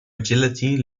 agility